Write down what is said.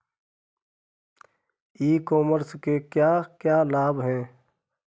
ई commerce के क्या क्या लाभ हैं?